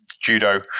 judo